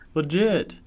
legit